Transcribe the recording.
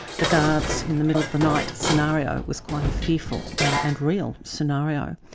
the guards in the middle of the night scenario was quite a fearful and real scenario,